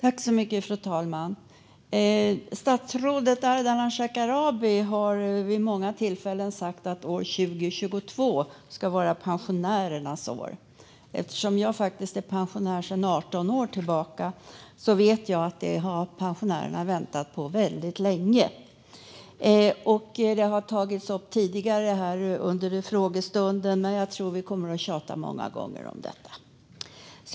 Fru talman! Statsrådet Ardalan Shekarabi har vid många tillfällen sagt att år 2022 ska vara pensionärernas år. Eftersom jag är pensionär sedan 18 år tillbaka vet jag att detta har pensionärerna väntat på länge. Det har tagits upp tidigare under frågestunden, men jag tror att vi kommer att tjata om det många gånger.